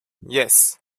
yes